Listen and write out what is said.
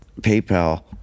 PayPal